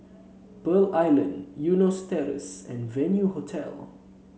Pearl Island Eunos Terrace and Venue Hotel